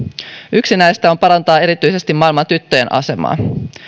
yksi näistä on parantaa erityisesti maailman tyttöjen asemaa